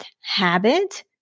habit